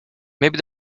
maybe